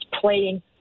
playing